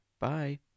Bye